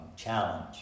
challenge